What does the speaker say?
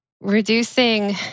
reducing